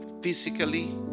physically